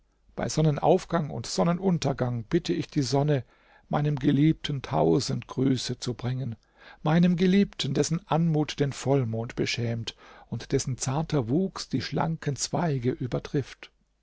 bei sonnenaufgang und sonnenuntergang bitte ich die sonne meinem geliebten tausend grüße zu bringen meinem geliebten dessen anmut den vollmond beschämt und dessen zarter wuchs die schlanken zweige übertrifft